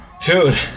dude